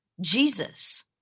jesus